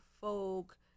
Folk